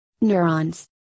neurons